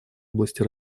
области